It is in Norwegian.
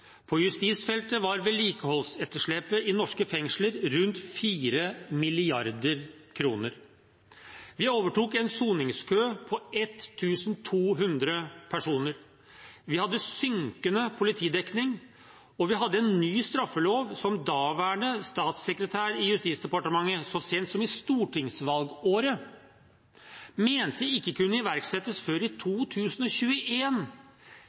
På justisfeltet var vedlikeholdsetterslepet i norske fengsler rundt 4 mrd. kr. Vi overtok en soningskø på 1 200 personer. Vi hadde synkende politidekning. Og vi hadde en ny straffelov som daværende statssekretær i Justisdepartementet så sent som i stortingsvalgåret mente ikke kunne iverksettes før i